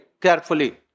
carefully